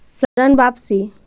ऋण वापसी?